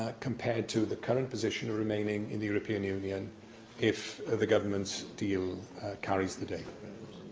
ah compared to the current position, remaining in the european union if the government's deal carries the day?